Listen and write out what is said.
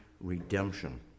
redemption